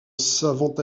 savant